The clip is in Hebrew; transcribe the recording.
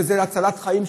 שזה הצלת חיים,